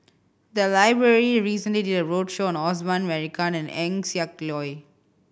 the library recently did a roadshow on Osman Merican and Eng Siak Loy